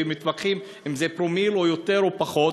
ומתווכחים אם זה פרומיל או יותר או פחות,